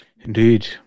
Indeed